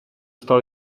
stal